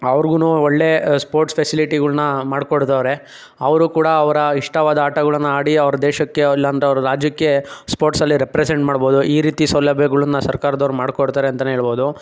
ಅವ್ರ್ಗು ಒಳ್ಳೆಯ ಸ್ಪೋರ್ಟ್ಸ್ ಫೆಸಿಲಿಟಿಗಳ್ನ ಮಾಡ್ಕೊಡ್ತಾವ್ರೆ ಅವರು ಕೂಡ ಅವರ ಇಷ್ಟವಾದ ಆಟಗಳನ್ನ ಆಡಿ ಅವರ ದೇಶಕ್ಕೆ ಇಲ್ಲಾಂದರೆ ಅವರ ರಾಜ್ಯಕ್ಕೆ ಸ್ಪೋರ್ಟ್ಸಲ್ಲಿ ರೆಪ್ರೆಸೆಂಟ್ ಮಾಡ್ಬೋದು ಈ ರೀತಿ ಸೌಲಭ್ಯಗಳನ್ನ ಸರ್ಕಾರದವ್ರು ಮಾಡ್ಕೊಡ್ತಾರೆ ಅಂತನೇ ಹೇಳ್ಬೋದು